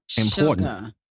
important